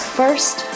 first